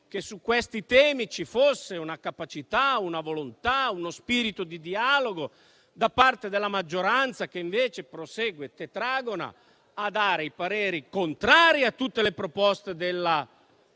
che su questi temi ci fossero una capacità, una volontà, uno spirito di dialogo da parte della maggioranza, che invece prosegue tetragona a dare i pareri contrari a tutte le proposte della